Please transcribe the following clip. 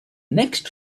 next